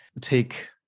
take